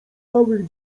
małych